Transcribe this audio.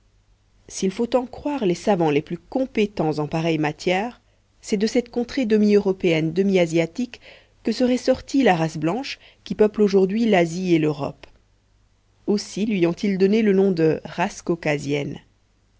s'il faut en croire les savants les plus compétents en pareille matière c'est de cette contrée demi européenne demi asiatique que serait sortie la race blanche qui peuple aujourd'hui l'asie et l'europe aussi lui ont-ils donné le nom de race caucasienne